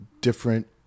different